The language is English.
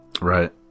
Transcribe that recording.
Right